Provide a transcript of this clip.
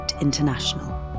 International